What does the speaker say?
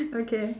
okay